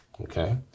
okay